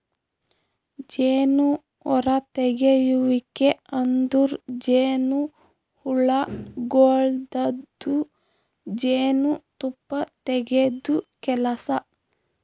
ಜೇನು ಹೊರತೆಗೆಯುವಿಕೆ ಅಂದುರ್ ಜೇನುಹುಳಗೊಳ್ದಾಂದು ಜೇನು ತುಪ್ಪ ತೆಗೆದ್ ಕೆಲಸ